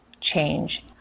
change